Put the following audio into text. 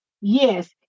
Yes